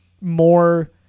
more